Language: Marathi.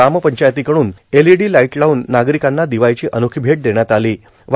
ग्रामपंचायतकडून एलईडी लाईट लावून नार्गारकांना ददवाळीची अनोखी भेट देण्यात आलों